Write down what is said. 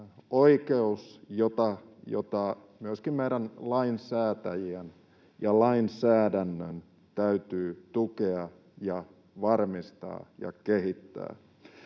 oikeus, jota myöskin meidän lainsäätäjien ja lainsäädännön täytyy tukea ja varmistaa ja kehittää.